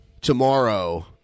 tomorrow